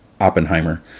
oppenheimer